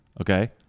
Okay